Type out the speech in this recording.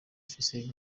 afise